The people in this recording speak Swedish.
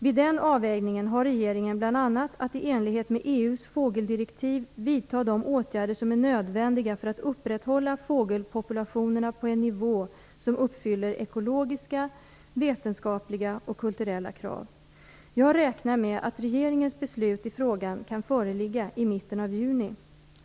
Vid den avvägningen har regeringen bl.a. att i enlighet med EU:s fågeldirektiv vidta de åtgärder som är nödvändiga för att upprätthålla fågelpopulationerna på en nivå som uppfyller ekologiska, vetenskapliga och kulturella krav. Jag räknar med att regeringens beslut i frågan kan föreligga i mitten av juni.